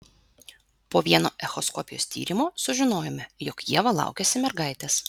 po vieno echoskopijos tyrimo sužinojome jog ieva laukiasi mergaitės